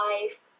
life